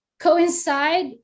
coincide